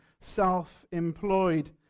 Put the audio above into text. self-employed